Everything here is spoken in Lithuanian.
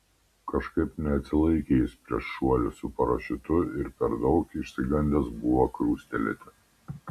kažkaip neatsilaikė jis prieš šuolį su parašiutu ir per daug išsigandęs buvo krustelėti